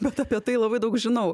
bet apie tai labai daug žinau